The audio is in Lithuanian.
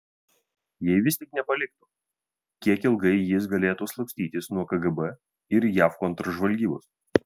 jei vis tik nepaliktų kiek ilgai jis galėtų slapstytis nuo kgb ir jav kontržvalgybos